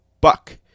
Buck